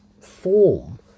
form